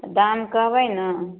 दाम कहबै ने